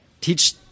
teach